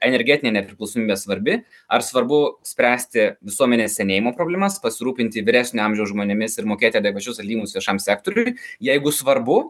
energetinė nepriklausomybė svarbi ar svarbu spręsti visuomenės senėjimo problemas pasirūpinti vyresnio amžiaus žmonėmis ir mokėti adekvačius atlyginimus viešam sektoriui jeigu svarbu